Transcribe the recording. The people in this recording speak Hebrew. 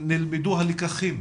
נלמדו הלקחים